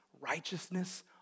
righteousness